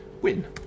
win